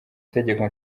itegeko